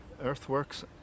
earthworks